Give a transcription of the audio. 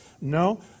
No